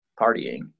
partying